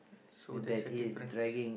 so there's a difference